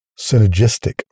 synergistic